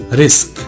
risk